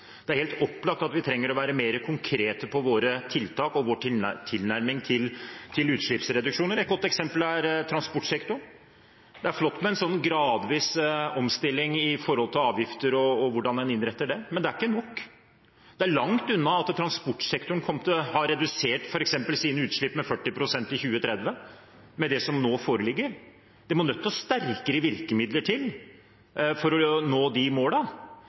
Det er helt opplagt at vi trenger å være mer konkrete i våre tiltak og i vår tilnærming til utslippsreduksjoner. Et godt eksempel er transportsektoren. Det er flott med en gradvis omstilling av hvordan en innretter avgifter, men det er ikke nok. Det er langt unna at transportsektoren f.eks. vil ha redusert sine utslipp med 40 pst. i 2030 med det som nå foreligger. Det må sterkere virkemidler til for å nå de